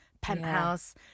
penthouse